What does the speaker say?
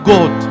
God